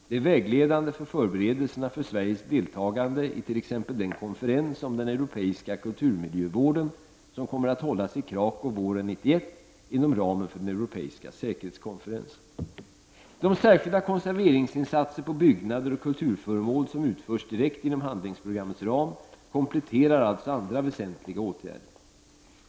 Det är vägledande för förberedelserna för Sveriges deltagande i t.ex. den konferens om den europeiska kulturmiljövården som kommer att hållas i De särskilda konserveringsinsatser på byggnader och kulturföremål som utförs direkt inom handlingsprogrammets ram kompletterar alltså andra väsentliga åtgärder.